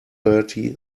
thirty